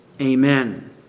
Amen